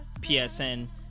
PSN